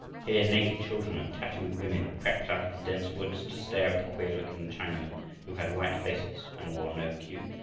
here naked children and tattooed women crept out of the dense woods to stare at the queer-looking chinamen who had white faces and wore no cue.